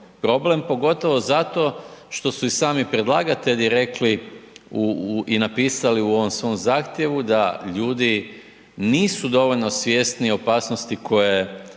problem, pogotovo zato što su i sami predlagatelji rekli i napisali u ovom svom zahtjevu da ljudi nisu dovoljno svjesni opasnosti u koju